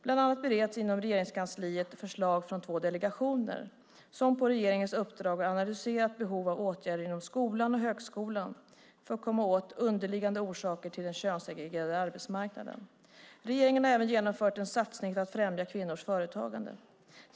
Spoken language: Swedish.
Bland annat bereds inom Regeringskansliet förslag från de två delegationer som på regeringens uppdrag har analyserat behov av åtgärder inom skolan och högskolan för att komma åt underliggande orsaker till den könssegregerade arbetsmarknaden. Regeringen har även genomfört en satsning för att främja kvinnors företagande.